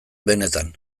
benetan